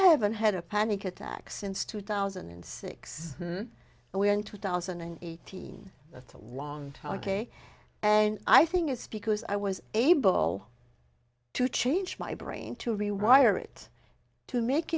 haven't had a panic attack since two thousand and six when two thousand and eighteen that's a long time ok and i think it's because i was able to change my brain to rewire it to make